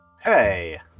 Hey